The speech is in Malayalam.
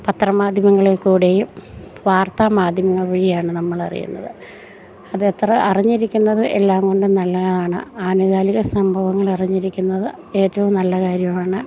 പത്രമാധ്യമങ്ങളിൽക്കൂടെയും വാർത്താ മാധ്യമങ്ങൾ വഴിയാണ് നമ്മളറിയുന്നത് അത് എത്ര അറിഞ്ഞിരിക്കുന്നതും എല്ലാം കൊണ്ടും നല്ലതാണ് ആനുകാലിക സംഭവങ്ങൾ അറിഞ്ഞിരിക്കുന്നത് ഏറ്റവും നല്ല കാര്യമാണ്